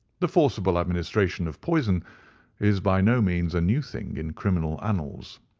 the forcible administration of poison is by no means a new thing in criminal annals.